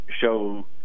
show